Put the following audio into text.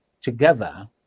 together